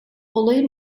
olayı